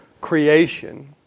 creation